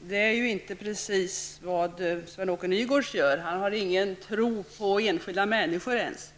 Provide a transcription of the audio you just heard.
Det är ju inte precis vad Sven-Åke Nygårds gör. Han har ingen tro på enskilda människor ens.